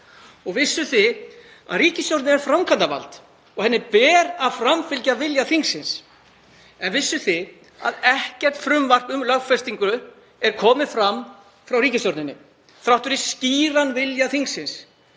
Vissuð þið að ríkisstjórnin er framkvæmdarvald og henni ber að framfylgja vilja þingsins? Vissuð þið að ekkert frumvarp um lögfestingu er komið fram frá ríkisstjórninni þrátt fyrir skýran vilja þingsins?